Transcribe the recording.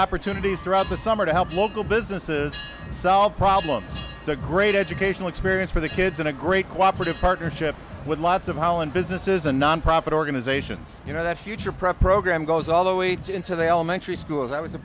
opportunities throughout the summer to help local businesses solve problems it's a great educational experience for the kids and a great cooperation partnership with lots of holland businesses a nonprofit organizations you know that future prep program goes all the way into they all mantra schools i was a